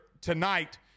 tonight